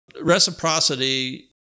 Reciprocity